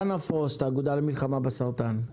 דנה פרוסט, האגודה למלחמה בסרטן,